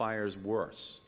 fires worse